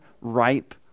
ripe